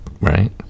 right